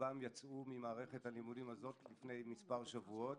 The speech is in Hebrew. רובם יצאו ממערכת הלימודים הזאת לפני מספר שבועות,